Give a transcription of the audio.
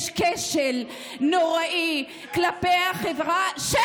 יש כשל נוראי כלפי החברה, את לא מתביישת?